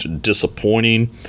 disappointing